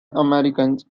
americans